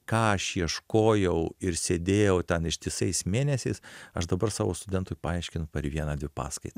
ką aš ieškojau ir sėdėjau ten ištisais mėnesiais aš dabar savo studentui paaiškinu per vieną dvi paskai